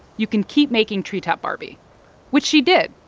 you can keep making treetop barbie which she did,